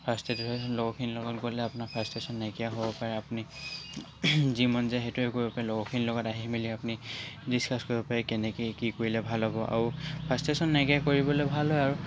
frustrate হৈ আছে লগৰখিনিৰ লগত গ'লে আপোনাৰ ফ্ৰাষ্ট্ৰেশ্য়ন নাইকিয়া হ'ব পাৰে আপুনি যি মন যায় সেইটোৱে কৰিব পাৰে লগৰখিনিৰ লগত আহি মেলি আপুনি ডিছকাচ কৰিব পাৰে কেনেকৈ কি কৰিলে ভাল হব আৰু ফ্ৰাষ্ট্ৰেশ্য়ন নাইকিয়া কৰিবলৈ ভাল হয় আৰু